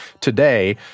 today